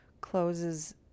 closes